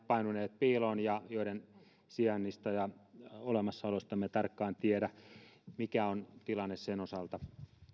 painuneet piiloon ja joiden sijainnista ja olemassaolosta emme tarkkaan tiedä mikä on tilanne sen osalta